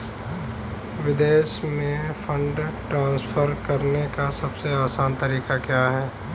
विदेश में fund transfer करने का सबसे आसान तरीका क्या है?